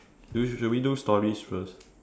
do we should we do stories first